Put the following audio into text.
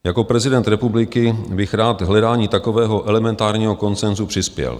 Jako prezident republiky bych rád k hledání takového elementárního konsenzu přispěl.